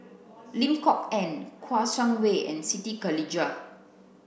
Lim Kok Ann Kouo Shang Wei and Siti Khalijah